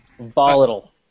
Volatile